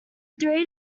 three